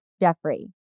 Jeffrey